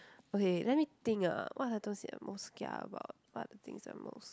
okay let me think ah what are those that I most kia about what are things I'm most